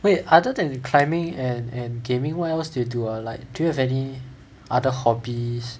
wait other than climbing and and gaming what else do you do ah like do you have any other hobbies